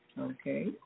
Okay